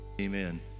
Amen